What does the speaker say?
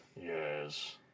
Yes